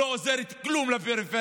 היא לא עוזרת כלום לפריפריה.